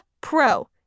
Pro